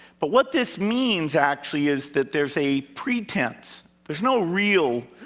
but what this means actually is that there's a pretense. there's no real,